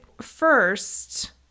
first